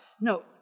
No